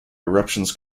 eruptions